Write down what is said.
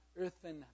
earthen